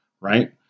right